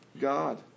God